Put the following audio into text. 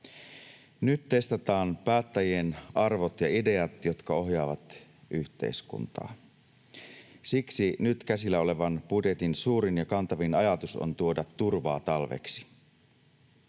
Nyt testataan päättäjien arvot ja ideat, jotka ohjaavat yhteiskuntaa. Siksi nyt käsillä olevan budjetin suurin ja kantavin ajatus on tuoda turvaa talveksi.